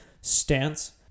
stance